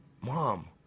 Mom